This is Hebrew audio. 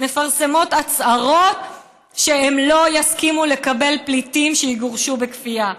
מפרסמות הצהרות שהן לא יסכימו לקבל פליטים שיגורשו בכפייה.